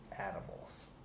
animals